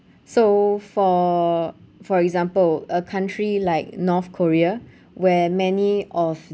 so for for example a country like north korea where many of